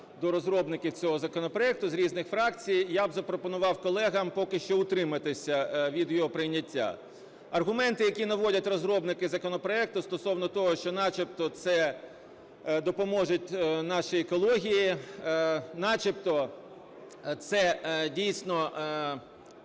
до розробників цього законопроекту з різних фракцій, я б запропонував колегам поки що утриматися від його прийняття. Аргументи, які наводять розробники законопроекту стосовно того, що начебто це допоможе нашій екології, начебто це, дійсно,